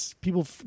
people